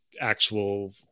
actual